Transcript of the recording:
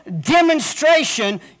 demonstration